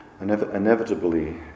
Inevitably